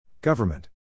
Government